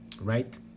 Right